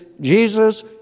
Jesus